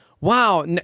wow